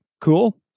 Cool